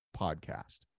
podcast